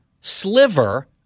sliver